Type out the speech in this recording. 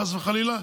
חס וחלילה,